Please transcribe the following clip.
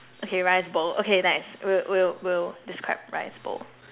okay rice bowl okay nice we'll we'll we'll describe rice bowl